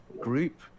group